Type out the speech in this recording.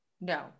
no